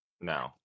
No